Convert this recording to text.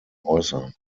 äußern